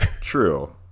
True